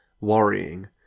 worrying